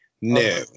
No